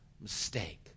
mistake